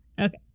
Okay